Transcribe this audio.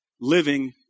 living